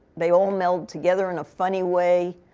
they all meld together, in a funny way.